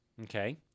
okay